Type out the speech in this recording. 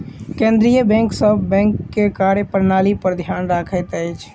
केंद्रीय बैंक सभ बैंक के कार्य प्रणाली पर ध्यान रखैत अछि